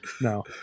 No